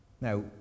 now